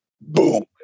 boom